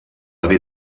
haver